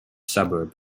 suburb